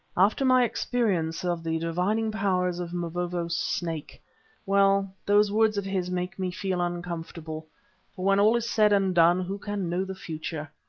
after my experience of the divining powers of mavovo's snake well, those words of his make me feel uncomfortable. for when all is said and done, who can know the future?